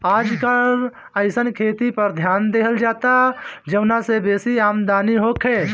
आजकल अइसन खेती पर ध्यान देहल जाता जवना से बेसी आमदनी होखे